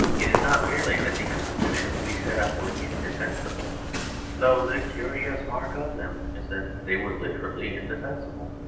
it is not merely that the institutions we set up were indefensible though the curious mark of them is that they were literally indefensible